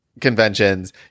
conventions